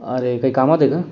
अरे काही कामात आहे का